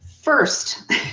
first